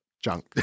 junk